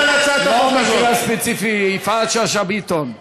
לא על המקרה הספציפי, יפעת שאשא ביטון.